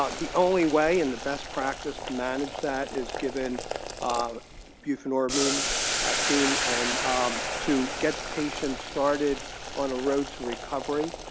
ah the only way and the best practice to manage that is giving um buprenorphine i mean i mean and um to get patients started on a road to recovery.